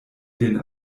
lin